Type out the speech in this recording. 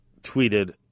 tweeted